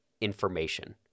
information